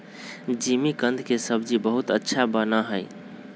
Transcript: जिमीकंद के सब्जी बहुत अच्छा बना हई